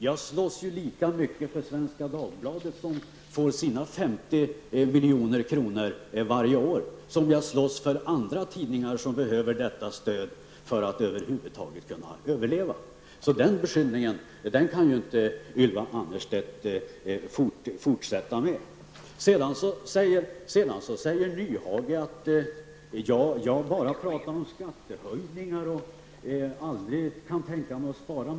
Jag slåss ju lika mycket för Svenska Dagbladet, som får 50 milj.kr. varje år, som för andra tidningar som behöver presstöd för att kunna överleva. Så den beskyllningen kan inte Ylva Annerstedt fortsätta med. Sedan säger Hans Nyhage att jag bara pratar om skattehöjningar och aldrig kan tänka mig att spara.